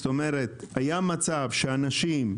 היה מצב שאנשים,